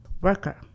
worker